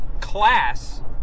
class